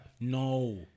No